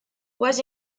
was